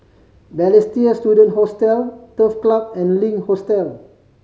Balestier Student Hostel Turf Club and Link Hotel